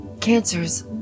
Cancers